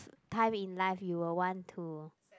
time in life you will want to